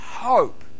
Hope